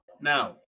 Now